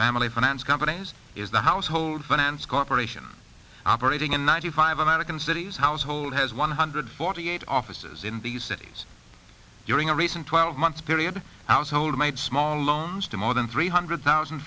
family finance companies is the household finance corporation operating in ninety five american cities household has one hundred forty eight offices in the cities during a recent twelve month period household made small loans to more than three hundred thousand